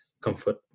comfort